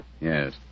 Yes